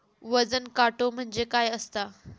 वजन काटो म्हणजे काय असता?